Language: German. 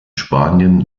spanien